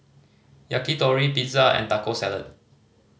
Yakitori Pizza and Taco Salad